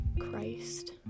Christ